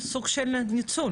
סוג של ניצול